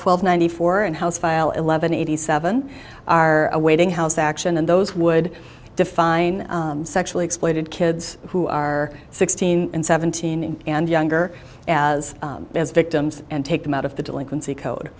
twelve ninety four and house file eleven eighty seven are awaiting house action and those would define sexually exploited kids who are sixteen and seventeen and younger as victims and take them out of the delinquency code